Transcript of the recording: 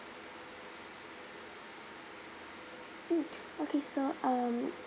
mm okay so um